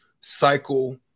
cycle